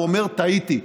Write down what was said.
הוא אמר: טעיתי.